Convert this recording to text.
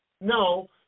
No